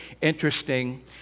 interesting